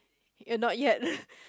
you not yet